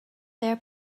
there